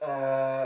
uh